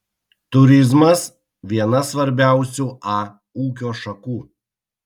turizmas viena svarbiausių a ūkio šakų